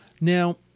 Now-